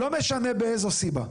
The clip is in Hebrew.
לא משנה באיזה סיבה,